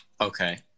Okay